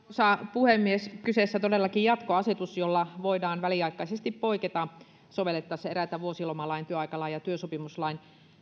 puhemies kyseessä on todellakin jatkoasetus jolla voidaan väliaikaisesti poiketa eräiden vuosilomalain työaikalain ja työsopimuslain